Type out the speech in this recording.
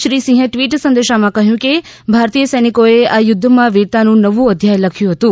શ્રી સિંહે ટ્વીટ સંદેશમાં કહ્યું કે ભારતીય સૈનિકોએ આ યુદ્ધમાં વીરતાનું નવું અધ્યાય લખ્યું હતું